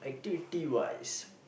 activity wise